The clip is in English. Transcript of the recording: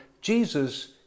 Jesus